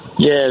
Yes